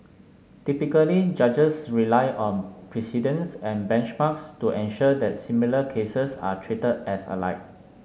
typically judges rely on precedents and benchmarks to ensure that similar cases are treat as alike